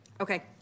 Okay